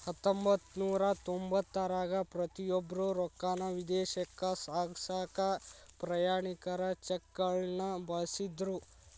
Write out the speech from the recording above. ಹತ್ತೊಂಬತ್ತನೂರ ತೊಂಬತ್ತರಾಗ ಪ್ರತಿಯೊಬ್ರು ರೊಕ್ಕಾನ ವಿದೇಶಕ್ಕ ಸಾಗ್ಸಕಾ ಪ್ರಯಾಣಿಕರ ಚೆಕ್ಗಳನ್ನ ಬಳಸ್ತಿದ್ರು